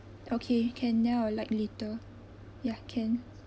okay can then I will like later ya can